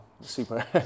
super